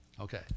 Okay